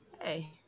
Hey